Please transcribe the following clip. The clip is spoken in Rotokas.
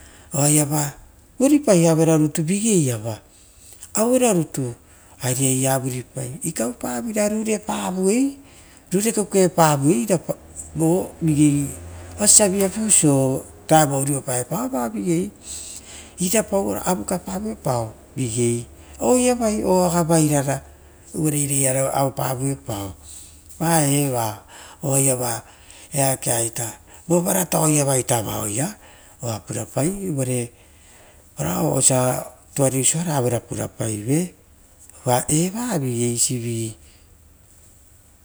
Oaiava vuripai auero vutu vigei iava auera nitu aria ora vuripai, ikaupavira rurepavoi rure kukuepavo vo vigei osio viapauso vutu uriopaepao vao vigei. Irapaoro avikapaviepao vo vigei oiravi o agavairara uvure oiraia ura uepavirao. Vaeva oaiava vovaratao ita vaoia oa purapai ovare oi o ita tuariri osa auro purapaive uva evavi eisivi.